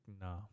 no